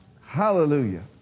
Hallelujah